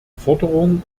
forderung